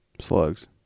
slugs